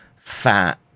fat